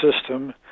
system